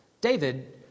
David